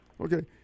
Okay